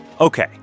Okay